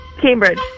Cambridge